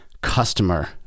customer